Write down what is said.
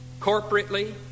Corporately